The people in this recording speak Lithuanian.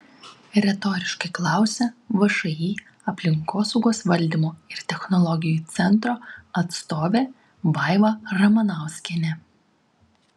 retoriškai klausia všį aplinkosaugos valdymo ir technologijų centro atstovė vaiva ramanauskienė